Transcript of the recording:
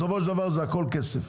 בסופו של דבר, הכול כסף.